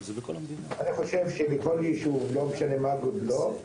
אני חושב שבכל יישוב, לא משנה מה גודלו,